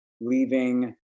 leaving